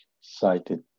cited